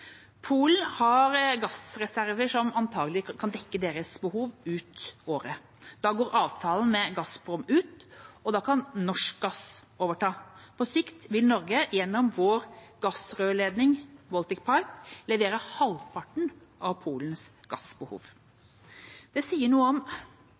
Polen har gassreserver som antagelig kan dekke deres behov ut året. Da går avtalen med Gazprom ut, og norsk gass kan overta. På sikt vil Norge, gjennom gassrørledningen Baltic Pipe, levere halvparten av Polens gassbehov.